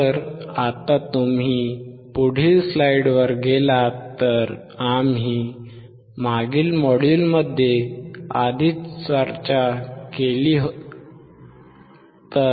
तर आता तुम्ही पुढील स्लाइडवर गेलात तर